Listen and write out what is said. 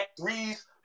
threes